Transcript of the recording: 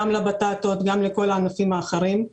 גם לבטטות וגם לכל הענפים האחרים.